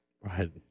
Right